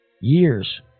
years